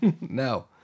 No